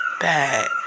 bad